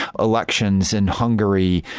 elections in hungary,